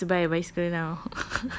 everybody wants to buy a bicycle now